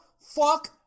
fuck